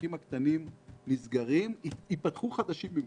העסקים הקטנים נסגרים, ייפתחו חדשים במקומם.